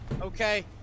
Okay